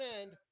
end